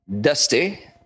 Dusty